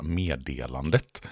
meddelandet